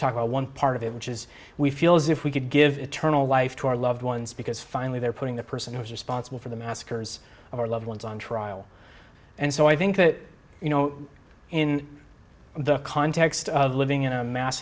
talk about one part of it which is we feel as if we could give eternal life to our loved ones because finally they're putting the person who is responsible for the massacres of our loved ones on trial and so i think that you know in the context of living in a mass